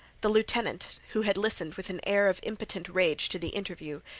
the lieutenant, who had listened with an air of impotent rage to the interview,